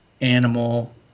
animal